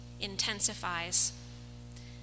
intensifies